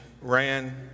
ran